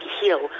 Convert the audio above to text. heal